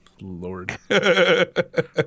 Lord